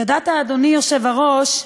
ידעת, אדוני היושב-ראש,